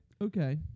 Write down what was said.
Okay